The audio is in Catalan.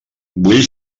vull